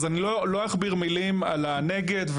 אז אני לא אכביר מילים על הנגד,